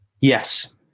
Yes